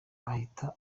ahita